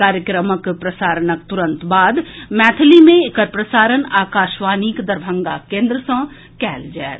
कार्यक्रमक प्रसारणक तुरंत बाद मैथिली मे एकर प्रसारण आकाशवाणीक दरभंगा केन्द्र सॅ कएल जाएत